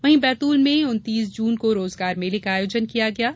वहीं बैतूल में उन्तीस जून को रोजगार मेले का आयोजन किया जायेगा